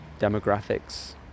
demographics